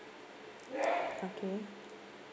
okay